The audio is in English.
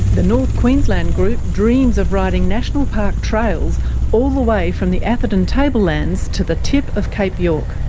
the north queensland group dreams of riding national park trails all the way from the atherton tablelands to the tip of cape york.